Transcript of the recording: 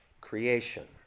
creation